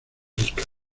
rica